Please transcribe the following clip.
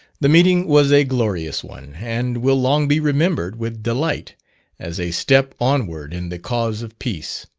the meeting was a glorious one, and will long be remembered with delight as a step onward in the cause of peace.